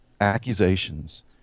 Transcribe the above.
accusations